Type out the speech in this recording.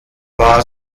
war